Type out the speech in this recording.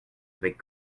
avec